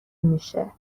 میشه